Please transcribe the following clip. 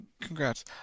congrats